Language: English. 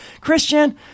Christian